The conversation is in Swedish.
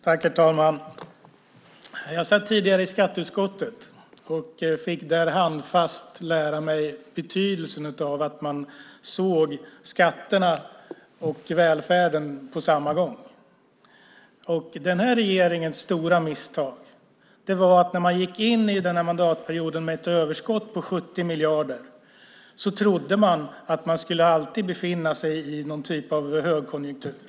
Herr talman! Jag satt tidigare i skatteutskottet och fick där handfast lära mig betydelsen av att man såg skatterna och välfärden på samma gång. Den här regeringens stora misstag var att när man gick in i den här mandatperioden med ett överskott på 70 miljarder trodde man att man alltid skulle befinna sig i någon typ av högkonjunktur.